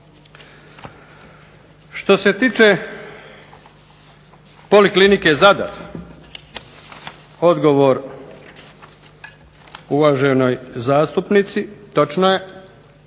Što se tiče POliklinike Zadar odgovor uvaženoj zastupnici. Točno je,